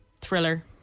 thriller